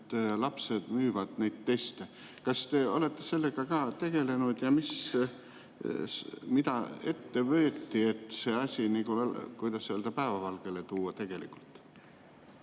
et lapsed müüvad neid teste. Kas te olete sellega ka tegelenud ja mida ette võeti, et see asi nagu, kuidas öelda, päevavalgele tuua tegelikult?